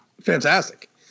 fantastic